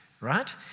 right